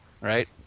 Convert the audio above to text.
right